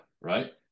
right